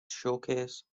showcase